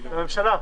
לממשלה.